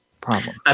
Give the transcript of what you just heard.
problem